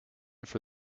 for